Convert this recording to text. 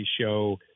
show